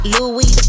Louis